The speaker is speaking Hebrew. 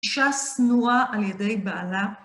אישה שנואה על ידי בעלה.